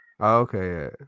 Okay